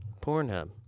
Pornhub